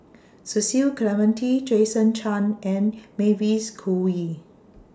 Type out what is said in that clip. Cecil Clementi Jason Chan and Mavis Khoo Oei